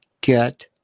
get